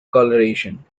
coloration